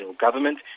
government